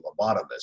lobotomist